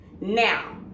now